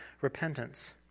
repentance